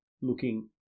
looking